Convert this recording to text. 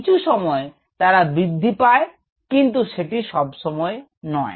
কিছু সময় তারা বৃদ্ধি পায় কিন্তু সেটি সব সময় নয়